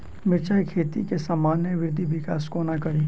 मिर्चा खेती केँ सामान्य वृद्धि विकास कोना करि?